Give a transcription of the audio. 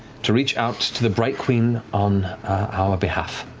to reach out to the bright queen on our behalf.